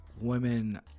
Women